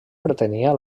pretenia